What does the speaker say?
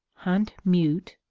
hunt mute,